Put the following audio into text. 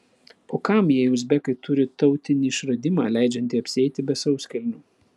o kam jei uzbekai turi tautinį išradimą leidžiantį apsieiti be sauskelnių